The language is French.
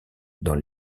dans